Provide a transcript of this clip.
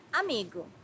Amigo